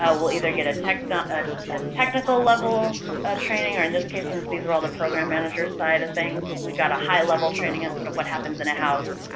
ah we'll either get um ah a technical level training or, in this case, since these are all the program manager side of things, we got a high-level training and sort of what happens in a house,